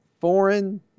foreign